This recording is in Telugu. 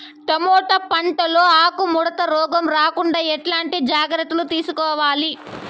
టమోటా పంట లో ఆకు ముడత రోగం రాకుండా ఎట్లాంటి జాగ్రత్తలు తీసుకోవాలి?